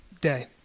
day